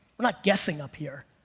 not guessing up here,